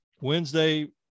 Wednesday